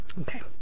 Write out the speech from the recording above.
Okay